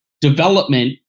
development